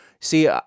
See